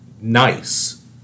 nice